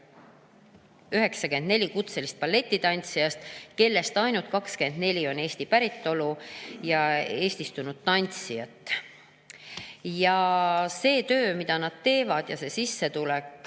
94 kutselist balletitantsijat, kellest ainult 24 on Eesti päritolu või eestistunud tantsijad. See töö, mida nad teevad, on esiteks